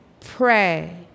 pray